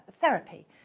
therapy